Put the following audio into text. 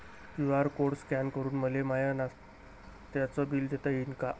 QR code scan करून मले माय नास्त्याच बिल देता येईन का?